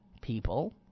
people